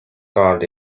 called